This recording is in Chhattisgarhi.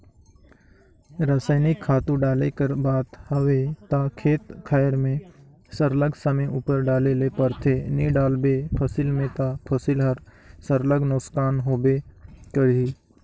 रसइनिक खातू डाले कर बात हवे ता खेत खाएर में सरलग समे उपर डाले ले परथे नी डालबे फसिल में ता फसिल हर सरलग नोसकान होबे करही